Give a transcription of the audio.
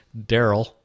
Daryl